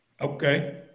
Okay